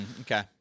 okay